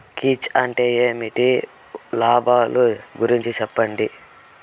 కీచ్ అంటే ఏమి? వాటి లాభాలు గురించి సెప్పండి?